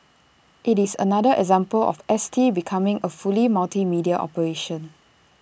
IT is another example of S T becoming A fully multimedia operation